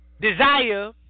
desire